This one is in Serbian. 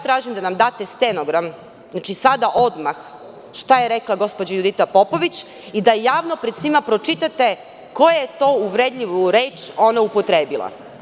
Tražim da nam date stenogram, znači sada, odmah, šta je rekla gospođa Judita Popović i da javno pred svima pročitate koju je to uvredljivu reč ona upotrebila.